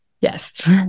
Yes